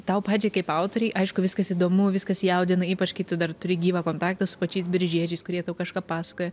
tau pačiai kaip autorei aišku viskas įdomu viskas jaudina ypač kai tu dar turi gyvą kontaktą su pačiais biržiečiais kurie tau kažką pasakoja